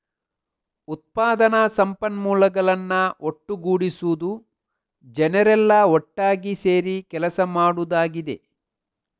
ಉತ್ಪಾದನಾ ಸಂಪನ್ಮೂಲಗಳನ್ನ ಒಟ್ಟುಗೂಡಿಸುದು ಜನರೆಲ್ಲಾ ಒಟ್ಟಾಗಿ ಸೇರಿ ಕೆಲಸ ಮಾಡುದಾಗಿದೆ